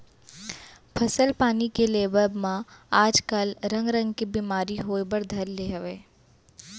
फसल पानी के लेवब म आज काल रंग रंग के बेमारी होय बर घर ले हवय